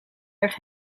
erg